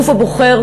הגוף הבוחר,